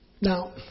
Now